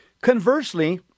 Conversely